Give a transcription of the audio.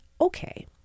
okay